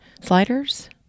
sliders